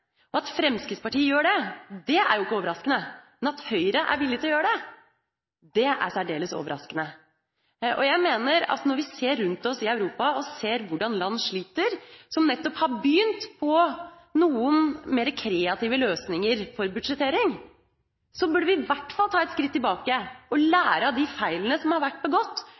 linje. At Fremskrittspartiet gjør det, er ikke overraskende, men at Høyre er villig til å gjøre det, er særdeles overraskende. Jeg mener at når vi ser rundt oss i Europa og ser hvordan land sliter fordi de nettopp har begynt på noen mer kreative løsninger for budsjettering, så burde vi i hvert fall ta et skritt tilbake og lære av de feilene som har blitt begått,